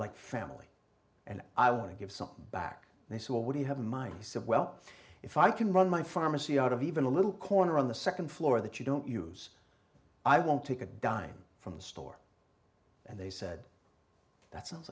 like family and i want to give something back they said well what do you have in mind he said well if i can run my pharmacy out of even a little corner on the nd floor that you don't use i won't take a dime from the store and they said that sounds